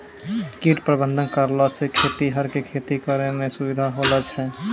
कीट प्रबंधक करलो से खेतीहर के खेती करै मे सुविधा होलो छै